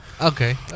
okay